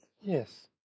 yes